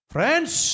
Friends